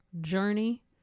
journey